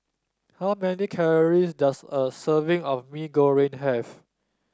how many calories does a serving of Mee Goreng have